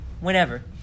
whenever